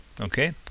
Okay